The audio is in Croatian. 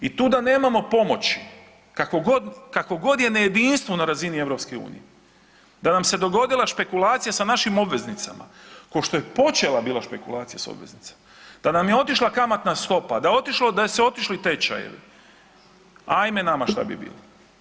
I tu da nemamo pomoći kakvo god je nejedinstvo na razini EU da nam se dogodila špekulacija sa našim obveznicama ko što je počela bila špekulacija sa obveznicama da nam je otišla kamatna stopa, da su otišli tečajevi ajme nama šta bi bilo.